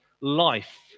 life